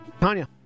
Tanya